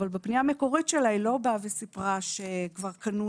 אבל בפנייה המקורית שלה היא לא באה וסיפרה שכבר קנו